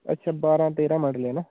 अच्छा बारां तेरां मरले ना